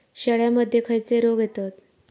शेळ्यामध्ये खैचे रोग येतत?